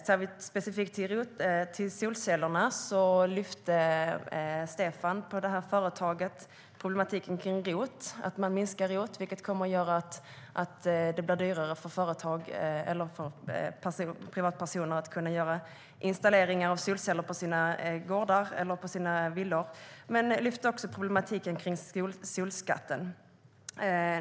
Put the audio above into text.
Ser vi specifikt till solceller lyfte Stefan - en av dem jag träffade på företaget - att man minskar ROT-avdraget, vilket innebär att det blir dyrare för privatpersoner att göra installationer av solceller på sina gårdar eller villor. Han tog också upp problematiken med solskatten.